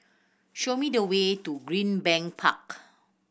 show me the way to Greenbank Park